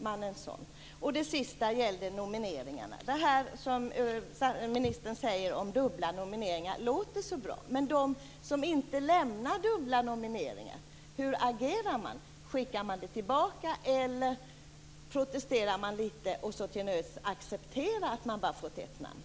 sådana? Sedan var det nomineringarna. Det ministern sade om dubbla nomineringar låter bra. Men det finns de som inte lämnar dubbla nomineringar. Vad sker då? Skickas förslagen tillbaka, eller blir det en protest och sedan till nöds accepteras ett namn?